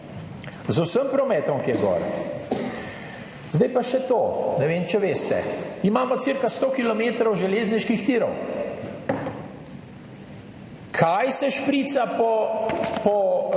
z vsem prometom, ki je gor. Zdaj pa še to, ne vem če veste. Imamo ca 100 kilometrov železniških tirov. Kaj se šprica po tem